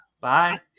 Bye